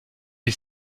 est